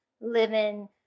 living